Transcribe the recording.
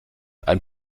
ein